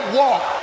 walk